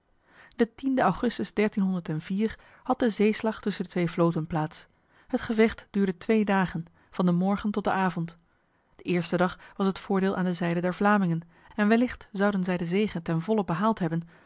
de e augustus had de zeeslag tussen de twee vloten plaats het gevecht duurde twee dagen van de morgen tot de avond de eerste dag was het voordeel aan de zijde der vlamingen en wellicht zouden zij de zege ten volle behaald hebben